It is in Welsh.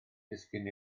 disgyn